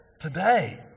today